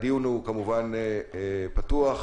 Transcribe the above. הדיון הוא, כמובן, פתוח.